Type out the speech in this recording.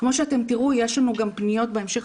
כמו שתראו בהמשך,